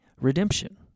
redemption